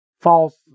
false